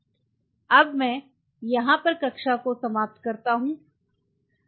अब मैं यहाँ पर कक्षा समाप्त करूँगा